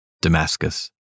Damascus